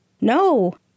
No